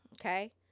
Okay